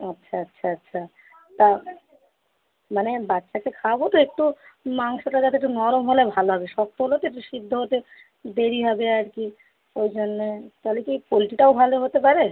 আচ্ছা আচ্ছা আচ্ছা তা মানে বাচ্চাকে খাওয়াবো তো একটু মাংসটা যাতে একটু নরম হলে ভালো হবে শক্ত হলে তো একটু সিদ্ধ হতে দেরি হবে আর কি ওই জন্যে তখলে কী পোলট্রিটাও ভালো হতে পারে